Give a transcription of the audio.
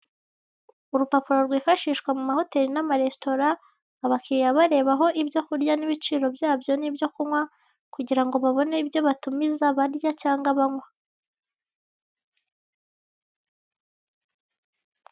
Urupapuro rwifashishwa mu mahoteli n'amaresitora, abakiriya barebaho ibyo kurya n'ibiciro byabyo n'ibyo kunywa kugira ngo babone ibyo batumiza barya cyangwa banywa.